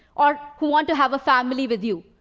or who want to have a family with you.